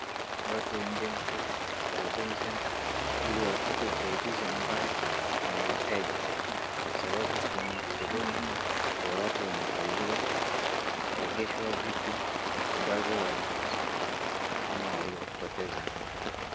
Watu waende mahali ya Huduma Centre ili wapate usaidizi ambayo wanahitaji sababu kwenye Huduma ndio watu wanasaidiwa kuregeshwa vitu ambazo walikosa ama waliopoteza.